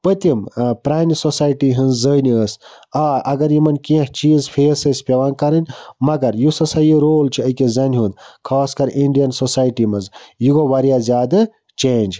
پٔتِم ٲں پرٛانہِ سوسایٹی ہنٛز زٔنۍ ٲسۍ آ اگر یِمَن کیٚنٛہہ چیٖز فیس ٲسۍ پیٚوان کَرٕنۍ مگر یُس ہَسا یہِ رول چھُ أکِس زَنہِ ہُنٛد خاص کَر اِنڈیَن سوسایٹی مَنٛز یہِ گوٚو واریاہ زیادٕ چینٛج